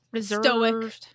stoic